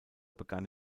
begann